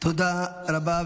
תודה רבה.